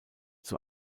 zur